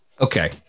Okay